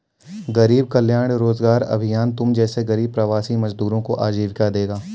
गरीब कल्याण रोजगार अभियान तुम जैसे गरीब प्रवासी मजदूरों को आजीविका देगा